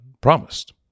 promised